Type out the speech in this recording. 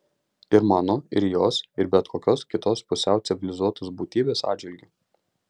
ir mano ir jos ir bet kokios kitos pusiau civilizuotos būtybės atžvilgiu